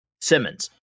Simmons